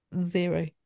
zero